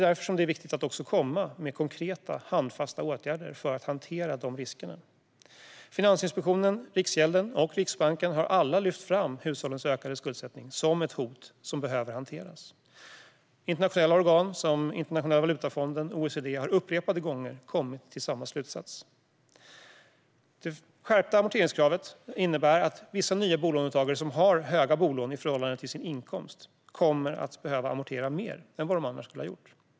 Därför är det viktigt att komma med konkreta, handfasta åtgärder för att hantera dessa risker. Finansinspektionen, Riksgälden och Riksbanken har alla lyft fram hushållens ökande skuldsättning som ett hot som behöver hanteras. Internationella organ som Internationella valutafonden och OECD har upprepade gånger kommit till samma slutsats. Det skärpta amorteringskravet innebär att vissa nya bolånetagare som har höga bolån i förhållande till sin inkomst kommer att behöva amortera mer än vad de annars skulle ha gjort.